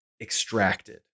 Extracted